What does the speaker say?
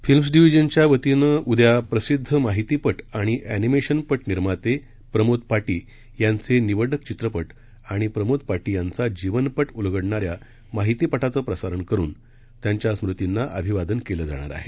films डिविजनच्या वतीनं उद्या प्रसिद्ध माहितीपट आणि अस्मिमेशनपट निर्माते प्रमोद पाटी यांचे निवडक चित्रपट आणि प्रमोद पाटी यांचा जीवनपट उलगडणारा माहितीपटाचं प्रसारण करून त्यांच्या स्मृतींना अभिवादन केलं जाणार आहे